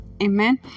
Amen